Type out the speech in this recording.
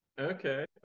okay